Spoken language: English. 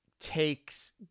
takes